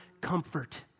comfort